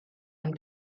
ein